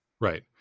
Right